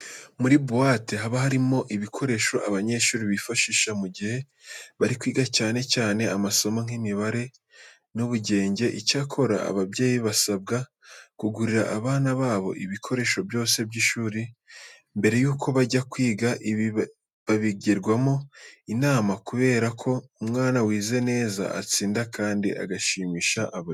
Muri buwate haba harimo ibikoresho abanyeshuri bifashisha mu gihe bari kwiga cyane cyane amasomo nk'imibare n'ubugenge. Icyakora ababyeyi basabwa kugurira abana babo ibikoresho byose by'ishuri mbere yuko bajya kwiga. Ibi babigirwano inama kubera ko umwana wize neza atsinda kandi agashimisha ababyeyi.